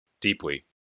deeply